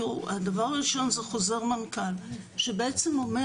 הדבר הראשון זה חוזר מנכ"ל שבעצם אומר